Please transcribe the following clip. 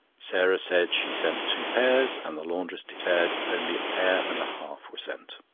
sarah said she sent two pairs, and the laundress declared only a pair and a half were sent.